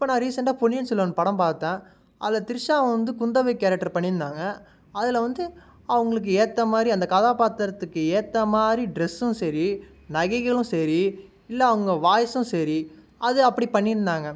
இப்போ நான் ரீசெண்டாக பொன்னியின் செல்வன் படம் பார்த்தேன் அதில் த்ரிஷாவை வந்து குந்தவை கேரெக்ட்ர் பண்ணிருந்தாங்க அதில் வந்து அவங்களுக்கு ஏற்ற மாதிரி அந்த கதாப்பாத்திரத்துக்கு ஏற்ற மாதிரி ட்ரெஸ்ஸும் சரி நகைகளும் சரி இல்லை அவங்க வாய்ஸும் சரி அது அப்படி பண்ணியிருந்தாங்க